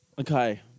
Okay